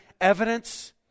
evidence